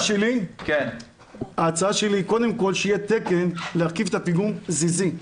ההצעה שלי היא קודם כל שיהיה תקן להרכיב את הפיגום הזיזי.